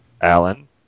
Alan